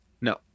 No